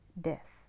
death